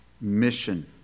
mission